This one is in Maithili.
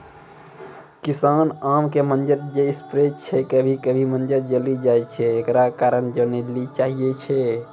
किसान आम के मंजर जे स्प्रे छैय कभी कभी मंजर जली जाय छैय, एकरो कारण जाने ली चाहेय छैय?